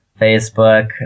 Facebook